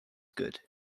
good